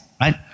right